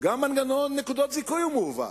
וגם מנגנון נקודות הזיכוי הוא מעוות,